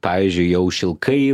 pavyzdžiui jau šilkai